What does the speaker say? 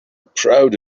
proud